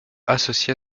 associer